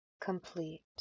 complete